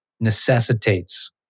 necessitates